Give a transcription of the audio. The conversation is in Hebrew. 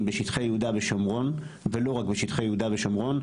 בשטחי יהודה ושומרון ולא רק בשטחי יהודה ושומרון,